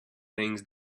things